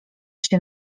się